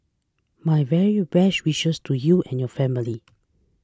my very best wishes to you and your family